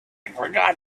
forgot